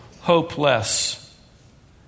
hopeless